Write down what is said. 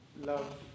love